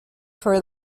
for